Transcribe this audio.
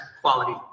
Quality